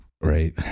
Right